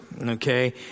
okay